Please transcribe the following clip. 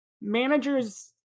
Manager's